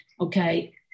okay